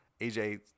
aj